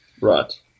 Right